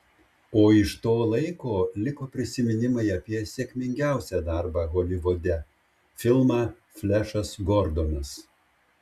o iš to laiko liko prisiminimai apie sėkmingiausią darbą holivude filmą flešas gordonas